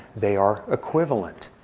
they are equivalent.